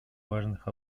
важных